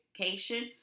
education